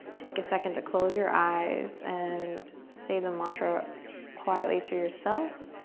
take a second to close your eyes, and say the mantra quietly to yourself,